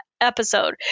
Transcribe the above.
episode